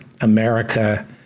America